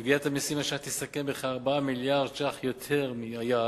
וגביית המסים השנה תסתכם בכ-4 מיליארדי ש"ח יותר מהיעד,